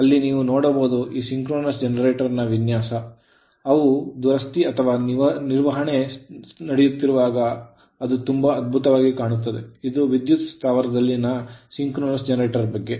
ಅಲ್ಲಿ ನೀವು ನೋಡಬಹುದು ಈ ಸಿಂಕ್ರೋನಸ್ ಜನರೇಟರ್ ನ ವಿನ್ಯಾಸ ಅವು ದುರಸ್ತಿ ಅಥವಾ ನಿರ್ವಹಣೆ ನಡೆಯುತ್ತಿರುವಾಗ ಅದು ತುಂಬಾ ಅದ್ಭುತವಾಗಿ ಕಾಣುತ್ತದೆ ಇದು ವಿದ್ಯುತ್ ಸ್ಥಾವರದಲ್ಲಿನ ಸಿಂಕ್ರೋನಸ್ ಜನರೇಟರ್ ಬಗ್ಗೆ